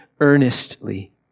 earnestly